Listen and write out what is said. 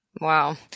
Wow